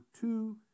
two